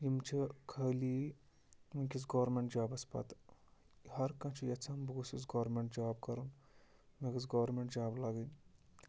یِم چھِ خٲلی وٕنۍکٮ۪س گورمٮ۪نٛٹ جابَس پَتہٕ ہَرٕ کانٛہہ چھُ یَژھان بہٕ گوٚژھُس گورمٮ۪نٛٹ جاب کَرُن مےٚ گٔژھ گورمٮ۪نٛٹ جاب لَگٕنۍ